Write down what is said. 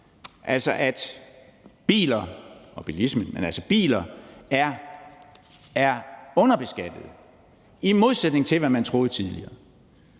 altså at biler er underbeskattet, i modsætning til hvad man troede tidligere.